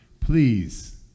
please